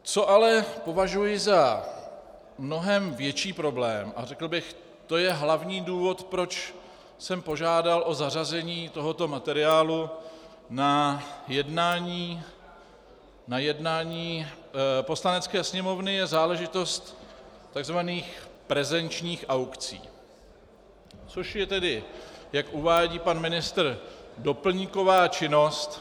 Co ale považuji za mnohem větší problém a řekl bych, to je hlavní důvod, proč jsem požádal o zařazení tohoto materiálu na jednání Poslanecké sněmovny, je záležitost tzv. prezenčních aukcí, což je, jak uvádí pan ministr, doplňková činnost